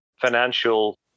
financial